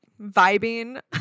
vibing